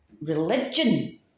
religion